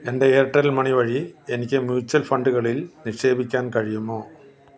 എൻ്റെ എയർടെൽ മണി വഴി എനിക്ക് മ്യൂച്വൽ ഫണ്ടുകളിൽ നിക്ഷേപിക്കാൻ കഴിയുമോ